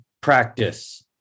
practice